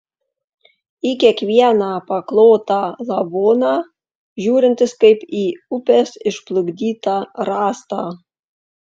į kiekvieną paklotą lavoną žiūrintis kaip į upės išplukdytą rąstą